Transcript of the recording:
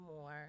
more